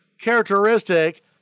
characteristic